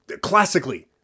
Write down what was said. classically